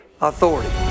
authority